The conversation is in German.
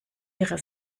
ihre